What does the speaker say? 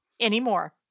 anymore